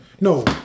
no